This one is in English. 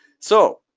so